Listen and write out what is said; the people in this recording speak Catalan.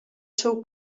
seu